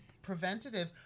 preventative